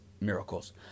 miracles